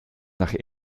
nach